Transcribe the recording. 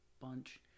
bunch